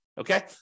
okay